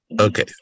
Okay